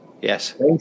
Yes